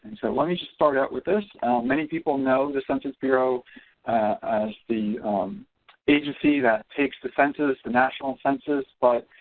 so let me just start out with this many people know the census bureau as the agency that takes the census the national census but